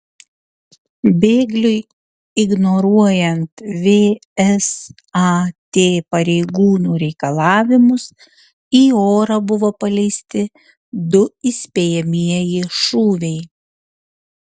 bėgliui ignoruojant vsat pareigūnų reikalavimus į orą buvo paleisti du įspėjamieji šūviai